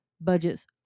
budgets